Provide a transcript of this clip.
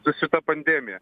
su šita pandemija